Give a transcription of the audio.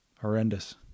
Horrendous